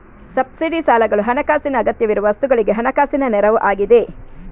subsidy ಸಾಲಗಳು ಹಣಕಾಸಿನ ಅಗತ್ಯವಿರುವ ವಸ್ತುಗಳಿಗೆ ಹಣಕಾಸಿನ ನೆರವು ಆಗಿದೆ